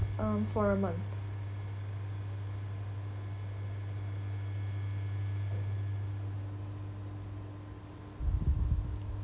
um for a month